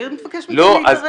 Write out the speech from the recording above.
מי מבקש מכם להתערב?